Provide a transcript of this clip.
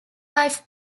life